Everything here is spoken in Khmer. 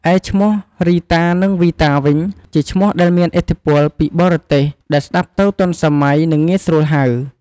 ឯឈ្មោះរីតានិងវីតាវិញ ជាឈ្មោះដែលមានឥទ្ធិពលពីបរទេស ដែលស្តាប់ទៅទាន់សម័យ និងងាយស្រួលហៅ។